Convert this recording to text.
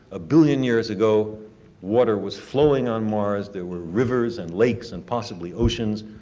a billion years ago water was flowing on mars. there were rivers, and lakes, and possibly oceans.